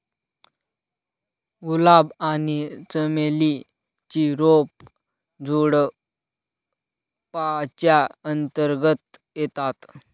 गुलाब आणि चमेली ची रोप झुडुपाच्या अंतर्गत येतात